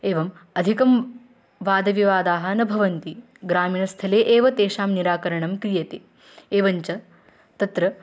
एवम् अधिकं वादविवादाः न भवन्ति ग्रामीणस्थले एव तेषां निराकरणं क्रियते एवञ्च तत्र